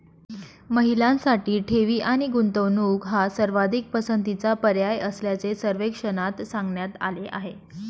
महिलांसाठी ठेवी आणि गुंतवणूक हा सर्वाधिक पसंतीचा पर्याय असल्याचे सर्वेक्षणात सांगण्यात आले आहे